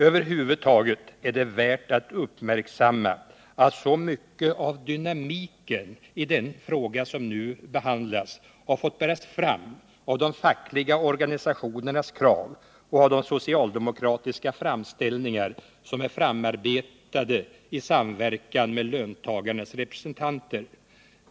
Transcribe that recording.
Över huvud taget är det värt att uppmärksamma att så mycket av dynamiken i den fråga som nu behandlas har fått bäras fram av de fackliga organisationernas krav och av de socialdemokratiska framställningar som är framarbetade i samverkan med löntagarnas representanter.